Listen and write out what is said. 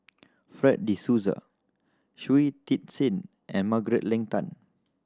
Fred De Souza Shui Tit Sing and Margaret Leng Tan